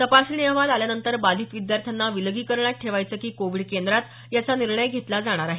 तपासणी अहवाल आल्यानंतर बाधित विद्यार्थ्यांना विलगीकरणात ठेवायचं की कोवीड केंद्रात याचा निर्णय घेतला जाणार आहे